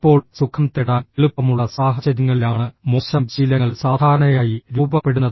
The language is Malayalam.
ഇപ്പോൾ സുഖം തേടാൻ എളുപ്പമുള്ള സാഹചര്യങ്ങളിലാണ് മോശം ശീലങ്ങൾ സാധാരണയായി രൂപപ്പെടുന്നത്